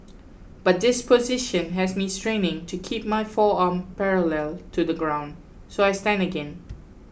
but this position has me straining to keep my forearm parallel to the ground so I stand again